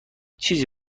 چیزی